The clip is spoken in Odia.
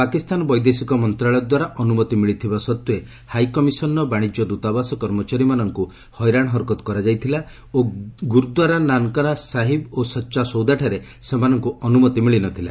ପାକିସ୍ତାନ ବୈଦେଶିକ ମନ୍ତ୍ରଣାଳୟଦ୍ୱାରା ଅନୁମତି ମିଳିଥିବା ସତ୍ତ୍ୱେ ହାଇକମିଶନ୍ ର ବାଶିଜ୍ୟ ଦୂତାବାସ କର୍ମଚାରୀମାନଙ୍କୁ ହଇରାଣ ହରକତ କରାଯାଇଥିଲା ଓ ଗୁରୁଦ୍ୱାରା ନାନକନା ସାହିବ୍ ଓ ସଚ୍ଚା ସୌଦାଠାରେ ସେମାନଙ୍କୁ ଅନୁମତି ମିଳି ନ ଥିଲା